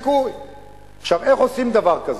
איך עושים דבר כזה?